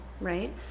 right